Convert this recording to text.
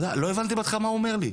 לא הבנתי בכלל מה הוא אומר לי.